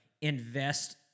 invest